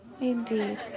indeed